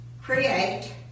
create